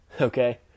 Okay